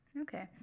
Okay